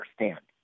understand